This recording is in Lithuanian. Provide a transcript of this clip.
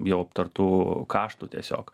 jau aptartų kaštų tiesiog